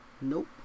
Nope